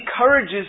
encourages